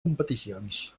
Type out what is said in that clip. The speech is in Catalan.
competicions